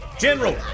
General